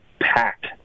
packed